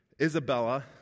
Isabella